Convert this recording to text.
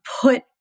put